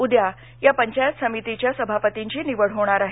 उद्या या पंचायत समितीच्या सभापतींची निवड होणार आहे